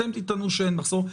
אתם תטענו שאין מחסור.